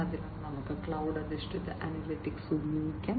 അതിനാൽ നമുക്ക് ക്ലൌഡ് അധിഷ്ഠിത അനലിറ്റിക്സ് ഉപയോഗിക്കാം